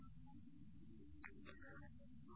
C 61848